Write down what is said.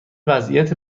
وضعیت